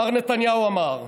מר נתניהו אמר: